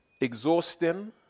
exhausting